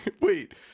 Wait